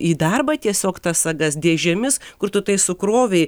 į darbą tiesiog tas sagas dėžėmis kur tu tai sukrovei